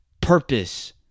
Purpose